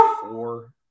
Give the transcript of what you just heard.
four